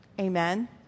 Amen